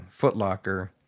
footlocker